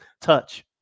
touch